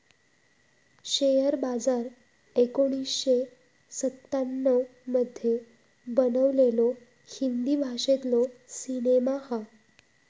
share बाजार एकोणीसशे सत्त्याण्णव मध्ये बनलेलो हिंदी भाषेतलो सिनेमा हा